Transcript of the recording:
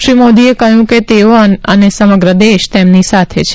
શ્રી મોદીએ કહયું કે તેઓ અને સમગ્ર દેશ તેમની સાથે છે